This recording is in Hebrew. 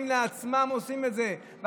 הם עושים את זה לעצמם,